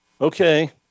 Okay